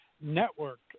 network